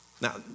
Now